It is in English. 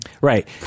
right